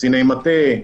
קציני מטה,